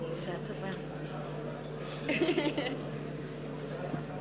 אני מתכבד להזמין את חבר הכנסת יאיר לפיד,